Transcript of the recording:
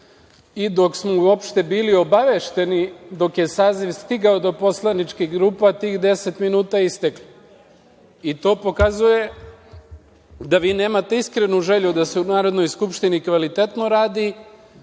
i dok smo uopšte bili obavešteni, dok je saziv stigao do poslaničkih grupa, tih 10 minuta je isteklo. To pokazuje da vi nemate iskrenu želju da se u Narodnoj skupštini kvalitetno radi